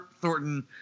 Thornton